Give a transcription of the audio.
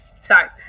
sorry